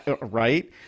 Right